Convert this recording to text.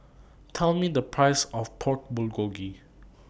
Tell Me The Price of Pork Bulgogi